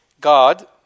God